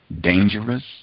dangerous